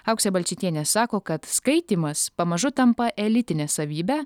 auksė balčytienė sako kad skaitymas pamažu tampa elitine savybe